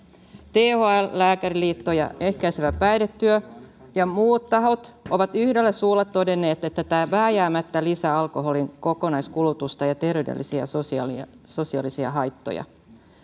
thl lääkäriliitto ehkäisevä päihdetyö ja muut tahot ovat yhdellä suulla todenneet että tämä vääjäämättä lisää alkoholin kokonaiskulutusta ja terveydellisiä ja sosiaalisia haittoja